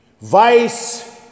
Vice